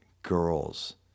girls